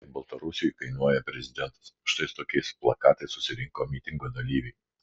kiek baltarusiui kainuoja prezidentas štai su tokiais plakatais susirinko mitingo dalyviai